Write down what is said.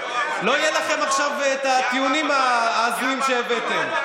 לא יהיו לכם עכשיו את הטיעונים ההזויים שהבאתם.